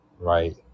right